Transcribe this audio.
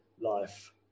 life